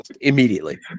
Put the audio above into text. immediately